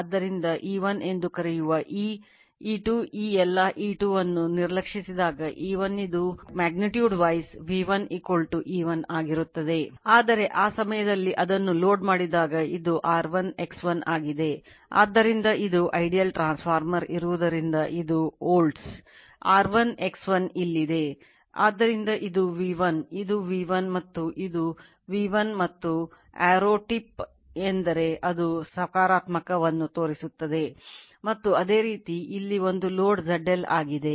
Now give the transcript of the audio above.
ಆದ್ದರಿಂದ ಆ ಸಂದರ್ಭದಲ್ಲಿ no load case ಆಗಿದೆ